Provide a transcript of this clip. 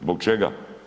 Zbog čega?